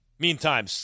Meantime